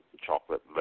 chocolate